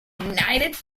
united